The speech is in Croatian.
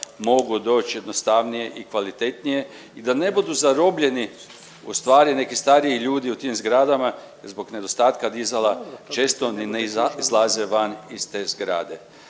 mogu doć jednostavnije i kvalitetnije i da ne budu zarobljeni ustvari neki stariji ljudi u tim zgradama zbog nedostatka dizala često ni ne izlaze van iz te zgrade.